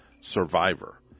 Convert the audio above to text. survivor